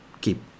keep